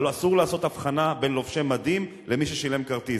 אבל אסור לעשות הבחנה בין לובשי מדים למי ששילם על כרטיס.